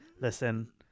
listen